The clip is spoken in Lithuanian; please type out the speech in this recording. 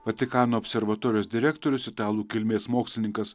vatikano observatorijos direktorius italų kilmės mokslininkas